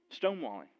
Stonewalling